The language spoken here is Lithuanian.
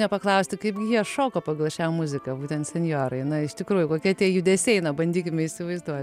nepaklausti kaipgi jie šoka pagal šią muziką būtent senjorai na iš tikrųjų kokie tie judesiai eina bandykim įsivaizduot